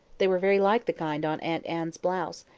they were very like the kind on aunt anne's blouse,